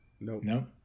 No